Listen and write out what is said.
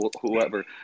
whoever